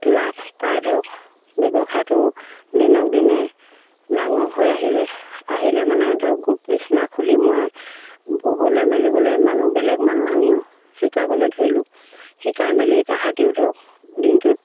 লাভ পাই ধৰক ব্যৱসায়টো দিনক দিনে ডাঙৰ হৈ আহিলে আহিলে মানে ধৰক গোট নিচিনা খুলি মই ববলৈ মেলিবলৈ মানুহ বেলেগ মানুহ আনিও শিকাবলৈ ধৰিলোঁ শিকাই মেলি তাহাঁতেও ধৰক দিনটোত